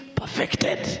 perfected，